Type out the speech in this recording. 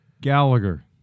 Gallagher